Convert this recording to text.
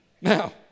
Now